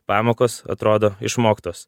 pamokos atrodo išmoktos